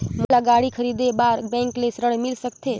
मोला गाड़ी खरीदे बार बैंक ले ऋण मिल सकथे?